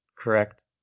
correct